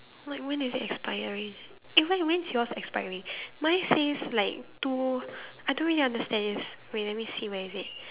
like when is it expiring eh when when's yours expiring mine says like two I don't really understand this wait let me see where is it